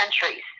countries